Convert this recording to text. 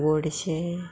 गोडशें